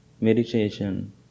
meditation